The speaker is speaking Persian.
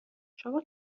شما